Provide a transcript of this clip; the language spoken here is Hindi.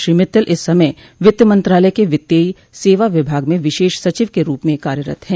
श्री मित्तल इस समय वित्त मंत्रालय के वित्तीय सेवा विभाग में विशेष सचिव के रूप में कार्यरत हैं